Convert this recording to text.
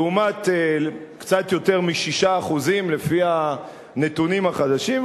לעומת קצת יותר מ-6% לפי הנתונים החדשים,